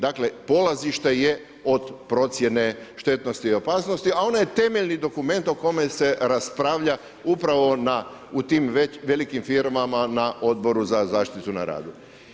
Dakle, polazište je od procjene štetnosti i opasnosti, a ona je temeljni dokument o kome se raspravlja upravo u tim velikim firmama na odboru za zaštitu na radu.